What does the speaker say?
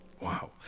Wow